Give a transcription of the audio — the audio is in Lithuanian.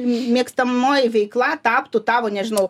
mėgstamoji veikla taptų tavo nežinau